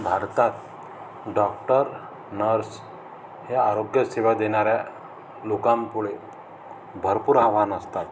भारतात doctor nurse हे आरोग्यसेवा देणाऱ्या लोकांपुढे भरपूर आव्हान असतात